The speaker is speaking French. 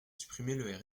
supprimer